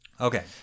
Okay